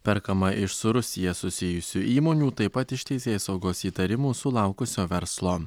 perkama iš su rusija susijusių įmonių taip pat iš teisėsaugos įtarimų sulaukusio verslo